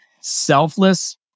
selfless